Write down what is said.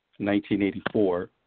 1984